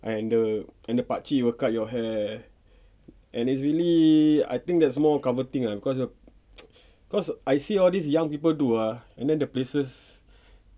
and the pakcik will cut your hair and it's really I think that's more comforting ah cause cause I see all these young people do ah and then the places